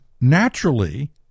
naturally